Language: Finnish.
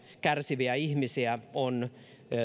kärsiviä ihmisiä on